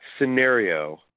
scenario